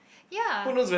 ya